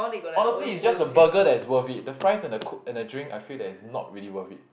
honestly is just the burger that is worth it the fries and the coke and the drink I feel that is not really worth it